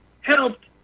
helped